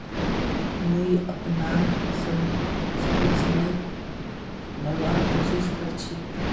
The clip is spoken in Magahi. मुई अपनार सबला समय त भरवार कोशिश कर छि